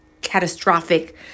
catastrophic